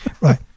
Right